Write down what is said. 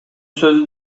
сөзү